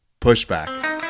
Pushback